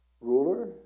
ruler